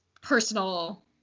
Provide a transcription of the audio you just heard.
Personal